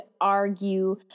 argue